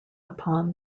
upon